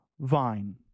vine